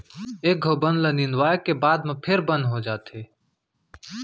एक घौं बन ल निंदवाए के बाद म फेर बन हो जाथे